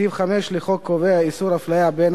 סעיף 5 לחוק קובע איסור אפליה בין